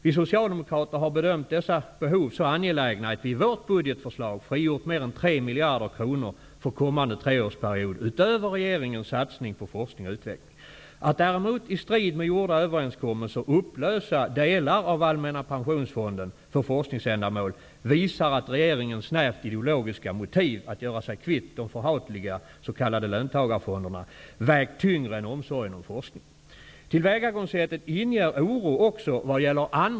Vi socialdemokrater har bedömt dessa behov vara så angelägna att vi i vårt budgetförslag för kommande treårsperiod har frigjort mer än 3 miljarder kronor utöver regeringens satsning på forskning och utveckling.